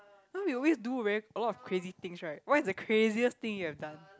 you know you always do very a lot of crazy things right what is the craziest thing you have done